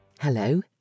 Hello